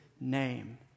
name